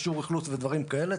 אישור אכלוס ודברים כאלה,